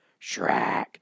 Shrek